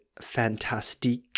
fantastic